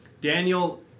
Daniel